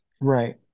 Right